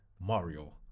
mario